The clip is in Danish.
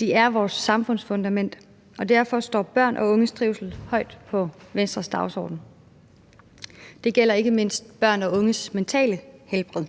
De er vores samfunds fundament, og derfor står børn og unges trivsel højt på Venstres dagsorden. Det gælder ikke mindst børn og unges mentale helbred